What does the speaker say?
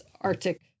Arctic